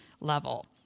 level